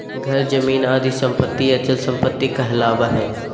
घर, जमीन आदि सम्पत्ति अचल सम्पत्ति कहलावा हइ